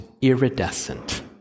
iridescent